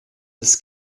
des